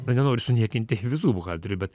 na nenoriu suniekinti visų buhalterių bet